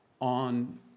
on